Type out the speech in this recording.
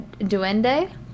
duende